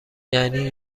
یعنی